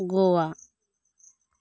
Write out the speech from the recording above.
ᱜᱚᱣᱟ